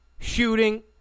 shooting